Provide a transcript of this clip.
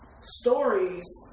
stories